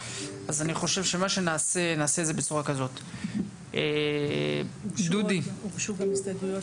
אז נעשה את זה בצורה כזו --- הוגשו הסתייגויות